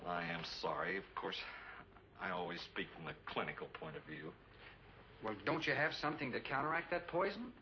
i am sorry of course i always speak from a clinical point of view don't you have something to counteract that poison